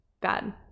bad